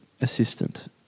assistant